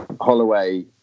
Holloway